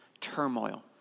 turmoil